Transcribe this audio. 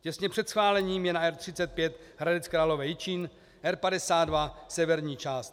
Těsně před schválením je na R35 Hradec Králové Jičín, R52 severní část.